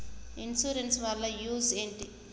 Insurance వాళ్ల use ఏంటిది?